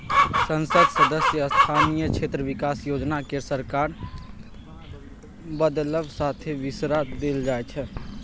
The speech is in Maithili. संसद सदस्य स्थानीय क्षेत्र बिकास योजना केँ सरकार बदलब साथे बिसरा देल जाइ छै